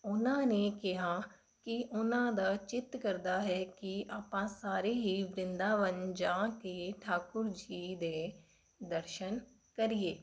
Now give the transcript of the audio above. ਉਹਨਾਂ ਨੇ ਕਿਹਾ ਕਿ ਉਹਨਾਂ ਦਾ ਚਿੱਤ ਕਰਦਾ ਹੈ ਕਿ ਆਪਾਂ ਸਾਰੇ ਹੀ ਬ੍ਰਿੰਦਾਵਨ ਜਾ ਕੇ ਠਾਕੁਰ ਜੀ ਦੇ ਦਰਸ਼ਨ ਕਰੀਏ